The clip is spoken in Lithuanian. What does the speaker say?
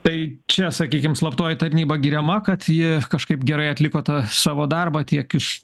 tai čia sakykim slaptoji tarnyba giriama kad ji kažkaip gerai atliko tą savo darbą tiek iš